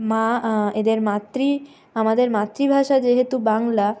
মা এদের মাতৃ আমাদের মাতৃভাষা যেহেতু বাংলা